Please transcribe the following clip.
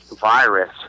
virus